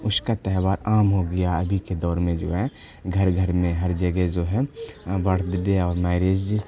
اس کا تہوار عام ہو گیا ابھی کے دور میں جو ہے گھر گھر میں ہر جگہ جو ہے برتھ ڈے اور میریز